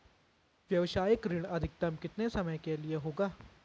व्यावसायिक ऋण अधिकतम कितने समय के लिए होगा?